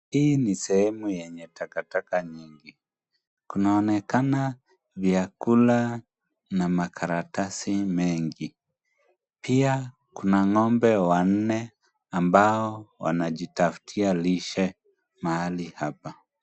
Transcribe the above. Hii ni sehemu yenye takataka nyingi kunaonekana vyakula na makaratasi mengi, pia kuna ng'ombe wanne ambao wanajitafutia lishe mahali hapa.